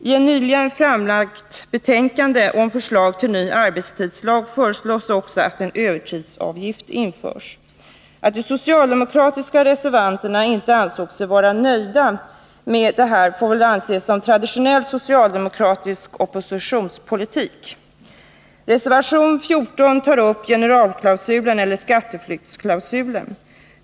I ett nyligen framlagt betänkande om förslag till ny arbetstidslag föreslås också att en övertidsavgift införs. Att de socialdemokratiska reservanterna inte varit nöjda med detta får väl anses vara uttryck för traditionell socialdemokratisk oppositionspolitik. Reservation 14 tar upp generalklausulen eller skatteflyktsklausulen.